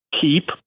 keep